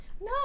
No